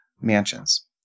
mansions